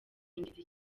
ingenzi